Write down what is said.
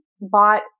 bought